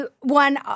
one